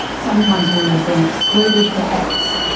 sometimes women have been excluded perhaps.